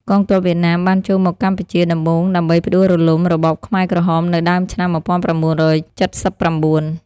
កងទ័ពវៀតណាមបានចូលមកកម្ពុជាដំបូងដើម្បីផ្ដួលរំលំរបបខ្មែរក្រហមនៅដើមឆ្នាំ១៩៧៩។